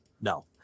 No